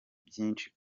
byinshi